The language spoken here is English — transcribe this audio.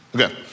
Okay